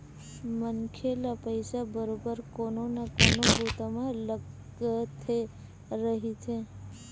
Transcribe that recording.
मनखे ल पइसा बरोबर कोनो न कोनो बूता म लगथे रहिथे